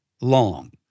long